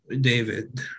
David